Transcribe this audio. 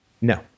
No